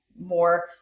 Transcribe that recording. more